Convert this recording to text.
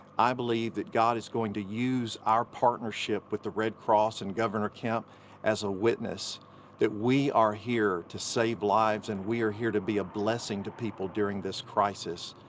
i believe that god is going to use our partnership with the red cross and governor kemp as a witness that we are here to save lives and we are here to be a blessing to people during this crisis.